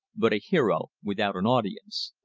but a hero without an audience.